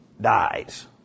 dies